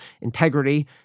integrity